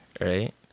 Right